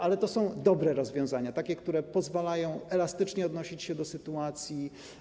Ale to są dobre rozwiązania, takie, które pozwalają elastycznie odnosić się do sytuacji.